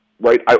right